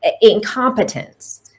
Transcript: incompetence